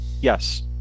yes